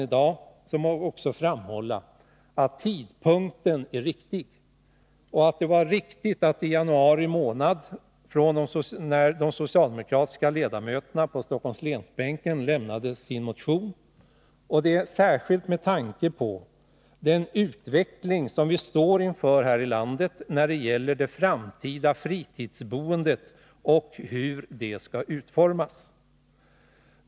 Jag måste då 24 november 1982 framhålla att tidpunkten är den riktiga och att det var riktigt att socialdemokraterna på Stockholmsbänken i januari avlämnade en motion, särskilt med tanke på den utveckling som vi står inför här i landet när det gäller det framtida fritidsboendet och utformningen av detta.